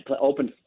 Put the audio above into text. open